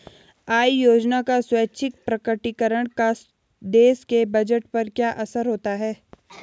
आय योजना का स्वैच्छिक प्रकटीकरण का देश के बजट पर क्या असर होता है?